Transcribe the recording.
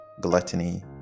gluttony